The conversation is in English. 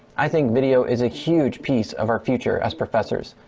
i think video is a huge piece of our future as professors.